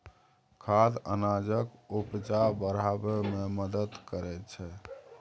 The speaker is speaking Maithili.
खाद अनाजक उपजा बढ़ाबै मे मदद करय छै